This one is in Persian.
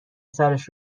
سرش